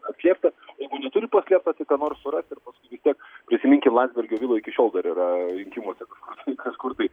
atslėpta jeigu neturi paslėpta tai ką nors suras ir paskui vis tiek prisiminkim landsbergio vilų iki šiol dar yra rinkimuose kažkur tai kažkur tai